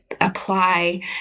apply